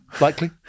Likely